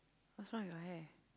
what's wrong with your hair